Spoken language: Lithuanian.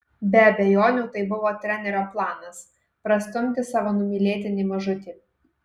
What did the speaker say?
be abejonių tai buvo trenerio planas prastumti savo numylėtinį mažutį